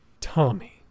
Tommy